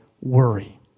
worry